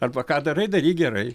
arba ką darai daryk gerai